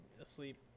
asleep